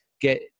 get